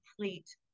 complete